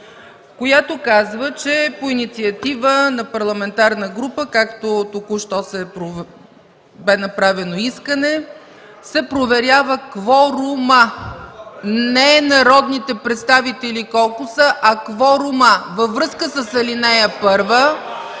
която казва, че по инициатива на парламентарна група, както току-що бе направено искане, се проверява кво-ру-ма. Не колко са народните представители, а кво-ру-ма. Във връзка с ал. 1